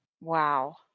Wow